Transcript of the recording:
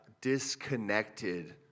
disconnected